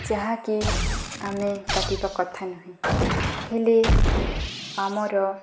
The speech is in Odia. ଯାହାକି ଆମେ କାଟିବା କଥା ନୁହେଁ ହେଲେ ଆମର